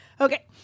Okay